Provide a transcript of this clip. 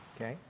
Okay